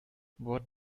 what